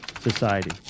society